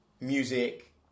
music